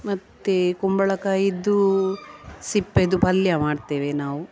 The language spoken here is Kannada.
ಮತ್ತು ಕುಂಬಳಕಾಯಿಯದ್ದು ಸಿಪ್ಪೆಯದು ಪಲ್ಯ ಮಾಡ್ತೇವೆ ನಾವು